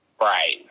Right